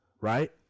right